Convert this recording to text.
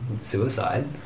suicide